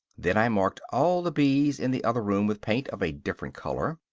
then i marked all the bees in the other room with paint of a different color,